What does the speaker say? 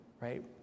right